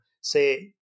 Say